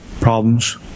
Problems